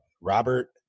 robert